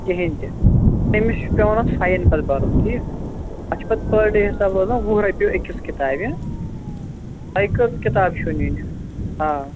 کِہیٖنٛۍ تہِ تٔمِس چھُ پیٚوان اتھ فایِن پَتہٕ بَرُن ٹھیٖک اتھ چھُ پَتہٕ پٔر ڈیے حِساب روزان وُہ رۅپیہِ أکِس کِتابہِ ہٕہ تۅہہِ کٔژ کِتابہٕ چھَوٕ نِنہٕ آ